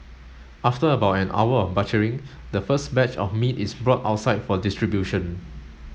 after about an hour of butchering the first batch of meat is brought outside for distribution